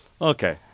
Okay